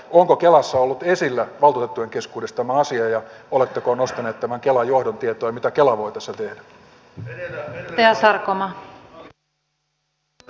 onko kelassa ollut esillä valtuutettujen keskuudessa tämä asia ja oletteko nostaneet tämän kelan johdon tietoon ja mitä kela voi tässä tehdä